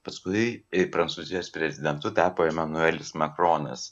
paskui prancūzijos prezidentu tapo emanuelis makronas